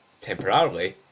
temporarily